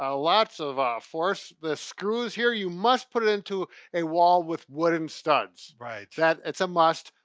ah lots of force. the screw here, you must put it into a wall with wooden studs. right. that, it's a must.